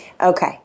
Okay